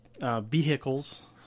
vehicles